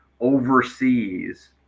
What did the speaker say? overseas